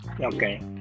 Okay